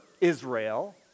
Israel